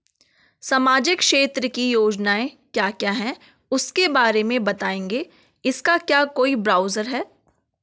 सामाजिक क्षेत्र की योजनाएँ क्या क्या हैं उसके बारे में बताएँगे इसका क्या कोई ब्राउज़र है?